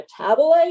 metabolite